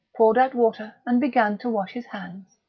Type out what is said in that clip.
poured out water, and began to wash his hands.